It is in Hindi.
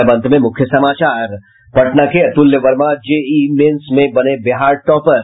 और अब अंत में मुख्य समाचार पटना के अतुल्य वर्मा जेईई मेंस में बने बिहार टॉपर